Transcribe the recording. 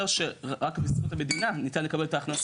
שרק בזכות המדינה ניתן לקבל את ההכנסות.